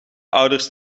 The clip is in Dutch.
ouders